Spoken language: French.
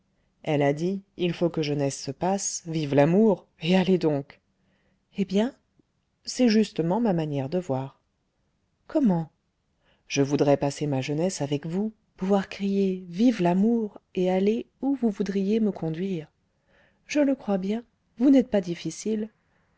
elle a dit il faut que jeunesse se passe vive l'amour et allez donc eh bien c'est justement ma manière de voir comment je voudrais passer ma jeunesse avec vous pouvoir crier vive l'amour et aller où vous voudriez me conduire je le crois bien vous n'êtes pas difficile